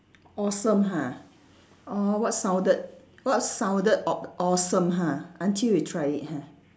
awesome ha orh what sounded what sounded awe~ awesome ha until you tried it ha